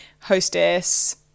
hostess